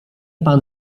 pan